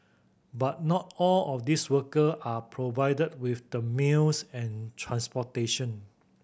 but not all of these worker were provided with the meals and transportation